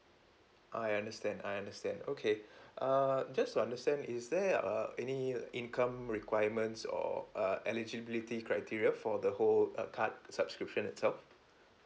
I understand I understand okay uh just to understand is there uh any income requirements or err eligibility criteria for the whole uh card subscription itself